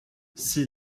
sea